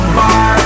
bar